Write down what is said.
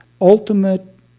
ultimate